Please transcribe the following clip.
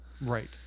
Right